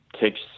takes